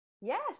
yes